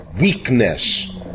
weakness